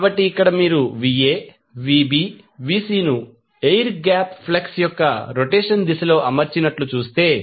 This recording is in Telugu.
కాబట్టి ఇక్కడ మీరు Va Vb Vcను ఎయిర్ గ్యాప్ ఫ్లక్స్ యొక్క రొటేషన్ దిశలో అమర్చినట్లు చూస్తే